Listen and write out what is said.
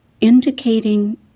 indicating